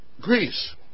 Greece